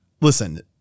Listen